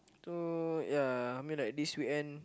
to yeah I mean like this weekend